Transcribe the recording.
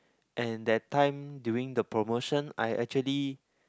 and that time during the promotion I actually